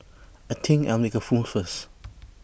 I think I'll make A first